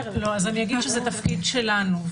זה תפקיד שלנו,